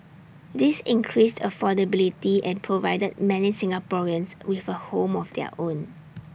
this increased affordability and provided many Singaporeans with A home of their own